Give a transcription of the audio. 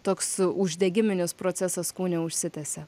toks uždegiminis procesas kūne užsitęsia